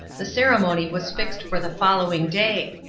the ceremony was fixed for the following day,